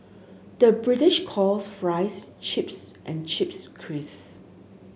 the British calls fries chips and chips crisps